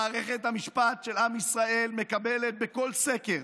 מערכת המשפט של עם ישראל מקבלת בכל סקר,